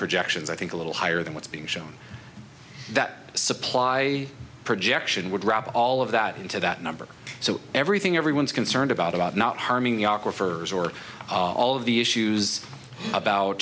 projections i think a little higher than what's being shown that supply projection would wrap all of that into that number so everything everyone's concerned about about not harming the arc refers or all of the issues about